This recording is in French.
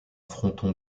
fronton